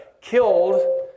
killed